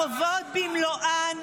החובות, במלואן,